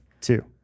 Two